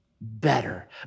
better